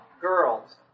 girls